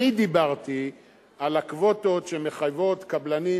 אני דיברתי על הקווטות שמחייבות קבלנים,